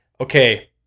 okay